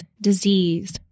disease